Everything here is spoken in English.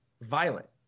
violent